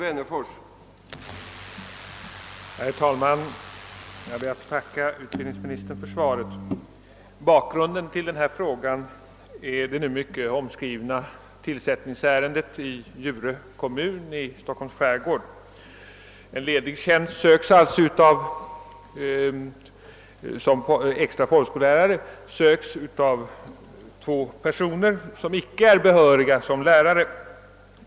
Herr talman! Jag ber att få tacka utbildningsministern för svaret på min fråga. Bakgrunden till denna är det nu mycket omskrivna tillsättningsärendet i Djurö kommun i Stockholms skärgård. En ledig tjänst som extra folkskollärare söks av två personer vilka icke är behöriga som lärare.